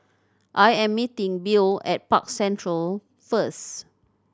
I am meeting Bill at Park Central first